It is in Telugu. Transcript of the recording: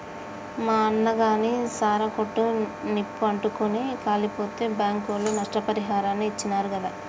మా అన్నగాని సారా కొట్టు నిప్పు అంటుకుని కాలిపోతే బాంకోళ్లు నష్టపరిహారాన్ని ఇచ్చినారు గాదా